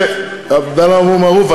עבדאללה אבו מערוף,